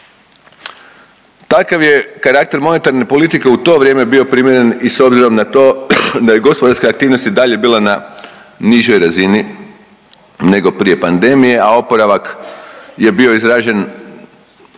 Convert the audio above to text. Takav je karakter monetarne politike u to vrijeme bio primjeren i s obzirom na to da je gospodarska aktivnost i dalje bila na nižoj razini nego prije pandemije, a oporavak je bio izražen